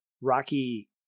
Rocky